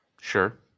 Sure